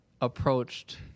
approached